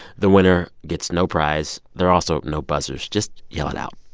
the winner gets no prize. there are also no buzzers. just yell it out.